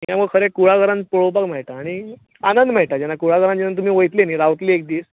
हें खरें कुळागरांत पळोवपाक मेळटा आनी आनंद मेळटा जेन्ना कुळागरांत जेन्ना तुमी वयतलीं न्हय रावतलीं एक दीस